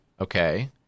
okay